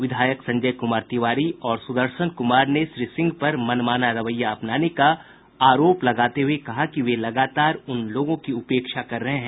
विधायक संजय कुमार तिवारी और सुदर्शन कुमार ने श्री सिंह पर मनमाना रवैया अपनाने का आरोप लगाते हुए कहा कि वे लगातार उनलोगों की उपेक्षा कर रहे हैं